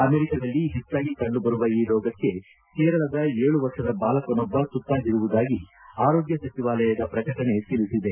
ಅಮೆರಿಕದಲ್ಲಿ ಹೆಚ್ಚಾಗಿ ಕಂಡು ಬರುವ ಈ ರೋಗಕ್ಕೆ ಕೇರಳದ ಏಳು ವರ್ಷದ ಬಾಲಕನೊಬ್ಬ ತುತ್ತಾಗಿರುವುದಾಗಿ ಆರೋಗ್ಯ ಸಚಿವಾಲಯದ ಪ್ರಕಟಣೆ ತಿಳಿಸಿದೆ